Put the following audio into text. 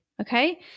okay